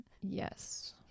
Yes